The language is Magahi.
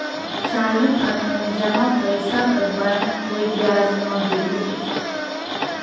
चालू खाता में जमा पैसा पर बैंक कोय ब्याज नय दे हइ